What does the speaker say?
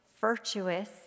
virtuous